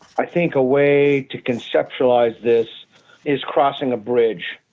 i think a way to conceptualize this is crossing a bridge.